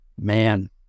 Man